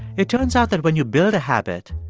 it turns out that when you build a habit,